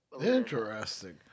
Interesting